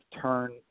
turn